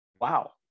wow